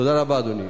תודה רבה, אדוני.